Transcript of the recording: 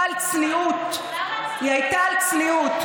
היא הייתה על צניעות.